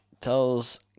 tells